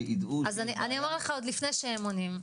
שיידעו ש --- אז אני אומר לך עוד לפני שהם עונים,